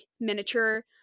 miniature